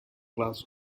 class